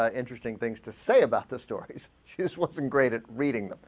ah interesting things to say about the stories here's what's ungraded reading